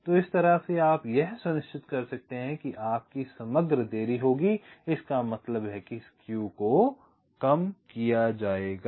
तो इस तरह से आप यह सुनिश्चित कर सकते हैं आपकी समग्र देरी होगी इसका मतलब है कि स्क्यू को कम किया जाएगा